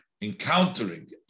encountering